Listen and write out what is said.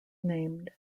named